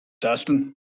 Dustin